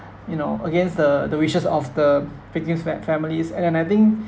you know against the the wishes of the pleadings made by the families a~ and I think